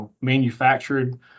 manufactured